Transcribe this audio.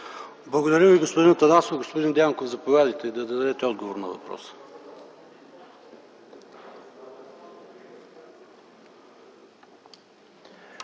Благодаря Ви, господин Атанасов. Господин Дянков, заповядайте да дадете отговор на въпроса.